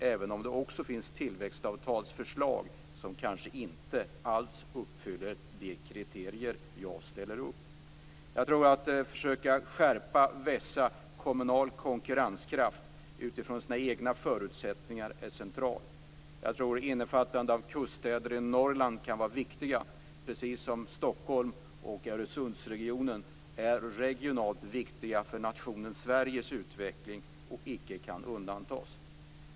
Det finns också tillväxtavtalsförslag som inte alls uppfyller de kriterier jag ställer upp. Jag tror att det är centralt att försöka skärpa och vässa kommunal konkurrenskraft utifrån sina egna förutsättningar. Jag tror att innefattande av kuststäder i Norrland kan vara viktigt, precis som Stockholm och Öresundsregionen regionalt är viktiga för nationen Sveriges utveckling och icke kan undantas.